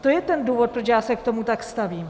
To je ten důvod, proč já se k tomu tak stavím.